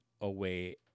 Away